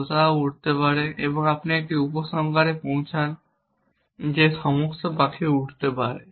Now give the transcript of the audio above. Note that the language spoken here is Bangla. তোতা উড়তে পারে এবং আপনি একটি উপসংহারে পৌঁছান যে সমস্ত পাখি উড়তে পারে